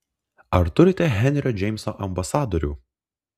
ar turite henrio džeimso ambasadorių